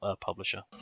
publisher